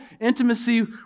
intimacy